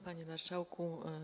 Panie Marszałku!